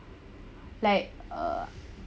like uh